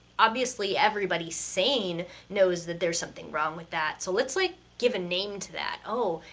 obviously everybody sane knows that there's something wrong with that! so let's, like, give a name to that! oh,